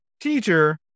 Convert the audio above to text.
teacher